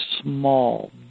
small